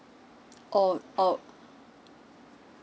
oh oh